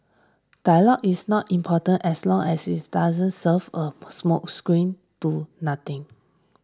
dialogue is not important as long as it's doesn't serve a smokescreen to nothing